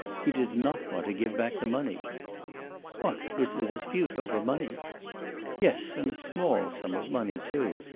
he did not want to give back the money what? was the dispute over money yes and a small sum of money too.